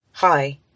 Hi